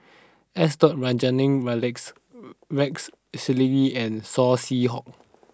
S Rajaratnam Rex Rex Shelley and Saw Swee Hock